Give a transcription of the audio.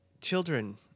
children